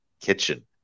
kitchen